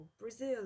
Brazil